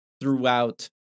throughout